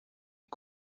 est